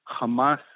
Hamas